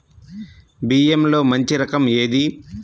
బియ్యంలో మంచి రకం ఏది?